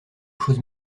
chose